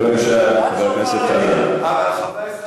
בבקשה, חבר הכנסת חזן.